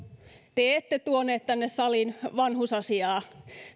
te ette tuoneet tänne saliin vanhusasiaa